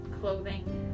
clothing